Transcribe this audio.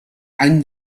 any